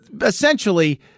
essentially